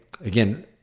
again